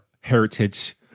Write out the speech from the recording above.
heritage